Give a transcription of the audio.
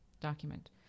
document